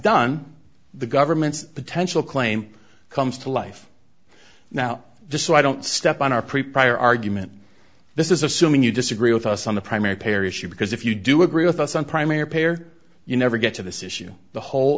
done the government's potential claim comes to life now just so i don't step on our preparer argument this is assuming you disagree with us on the primary pair issue because if you do agree with us on primary payor you never get to this issue the whole